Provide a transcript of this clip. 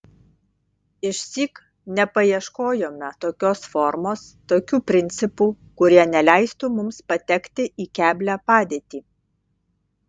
išsyk nepaieškojome tokios formos tokių principų kurie neleistų mums patekti į keblią padėtį